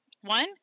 One